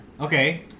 Okay